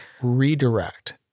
redirect